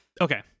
Okay